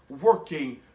working